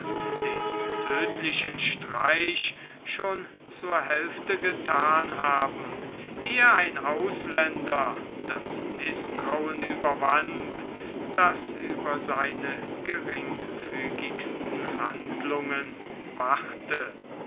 den tödtlichen streich schon zur hälfte gethan haben ehe ein ausländer das mißtrauen überwand das über seine geringfügigsten handlungen wachte